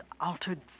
altered